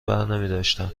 برنمیداشتن